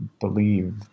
believe